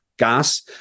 gas